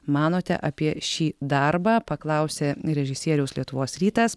manote apie šį darbą paklausė režisieriaus lietuvos rytas